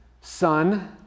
sun